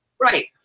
Right